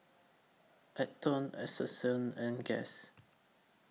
Atherton Essential and Guess